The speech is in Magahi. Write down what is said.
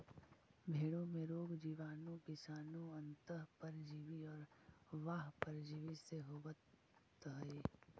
भेंड़ों में रोग जीवाणु, विषाणु, अन्तः परजीवी और बाह्य परजीवी से होवत हई